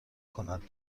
کند